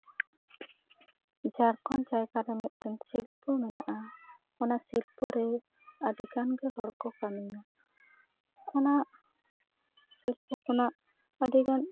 ᱡᱷᱟᱲᱠᱷᱚᱸᱰ ᱡᱟᱭᱜᱟ ᱨᱮ ᱢᱤᱫᱴᱮᱱ ᱥᱤᱞᱯᱚ ᱢᱮᱱᱟᱜᱼᱟ ᱚᱱᱟ ᱥᱤᱞᱯᱚ ᱨᱮ ᱟᱹᱰᱤ ᱜᱟᱱ ᱜᱮ ᱦᱚᱲ ᱠᱚ ᱠᱟᱹᱢᱤᱭᱟ ᱚᱱᱟ ᱥᱤᱞᱯᱚ ᱠᱷᱚᱱᱟᱜ ᱟᱹᱰᱤᱜᱟᱱ